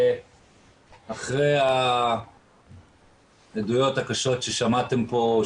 אחרי העדויות הקשות ששמעתם פה,